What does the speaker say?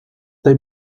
they